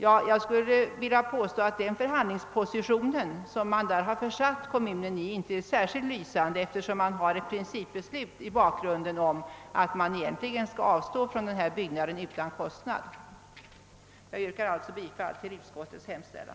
Jag vill emellertid påstå att den förhandlingsposition som man då försatt kommunen i inte är särskilt lysande, eftersom det finns ett principbeslut i bakgrunden om att kommunen egentligen skall avstå från byggnaden utan kostnad. Jag yrkar bifall till första lagutskottets hemställan.